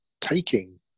taking